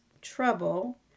trouble